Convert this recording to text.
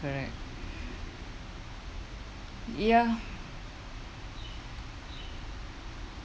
correct ya